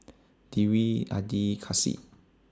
Dewi Adi Kasih